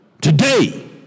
today